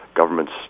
governments